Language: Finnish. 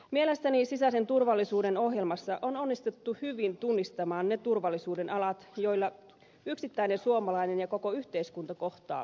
mielestäni sisäisen turvallisuuden ohjelmassa on onnistuttu hyvin tunnistamaan ne turvallisuuden alat joilla yksittäinen suomalainen ja koko yhteiskunta kohtaa uhkia